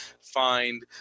find